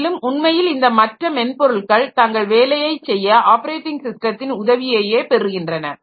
மேலும் உண்மையில் இந்த மற்ற மென்பொருள்கள் தங்கள் வேலையை செய்ய ஆப்பரேட்டிங் ஸிஸ்டத்தின் உதவியையே பெறுகின்றன